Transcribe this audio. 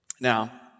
Now